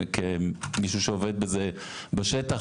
כמי שעובד בזה בשטח,